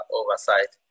oversight